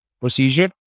procedure